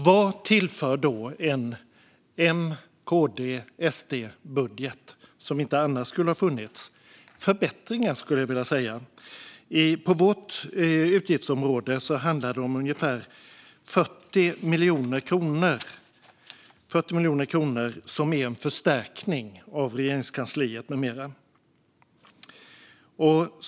Vad tillför en M-KD-SD-budget, som inte annars skulle ha funnits? Förbättringar, skulle jag vilja säga. På detta utgiftsområde handlar det om ungefär 40 miljoner kronor, som innebär en förstärkning av bland annat Regeringskansliet.